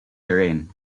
terrain